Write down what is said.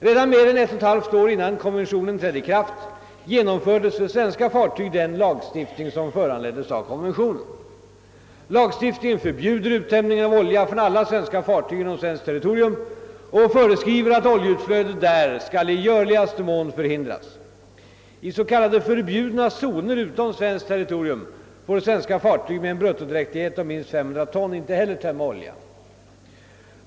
Redan mer än 11/2 år innan konventionen trädde i kraft genomfördes för svenska fartyg den lagstiftning som föranleddes av konventionen. Lagstiftningen förbjuder uttömning av olja från alla svenska fartyg inom svenskt territoriur: och föreskriver att oljeutflöde där skall i görligaste mån förhindras. I s.k. förbjudna zoner utom svenskt territorium får svenska fartyg med en bruttodräktighet om minst 500 ton inte heller tömma olja.